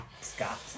Scott